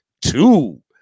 two